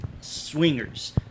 Swingers